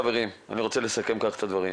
חברים, אני רוצה לסכם כך את הדברים,